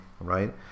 right